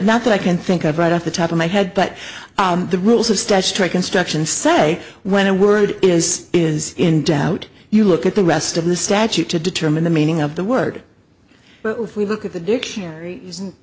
nothing i can think of right off the top of my head but the rules of statutory construction say when a word is is in doubt you look at the rest of the statute to determine the meaning of the word but if we look at the dictionary isn't